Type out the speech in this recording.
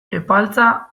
epaltza